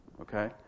Okay